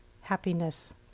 happiness